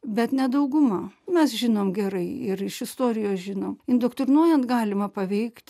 bet ne dauguma mes žinom gerai ir iš istorijos žinom indoktrinuojant galima paveikt